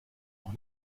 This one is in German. auch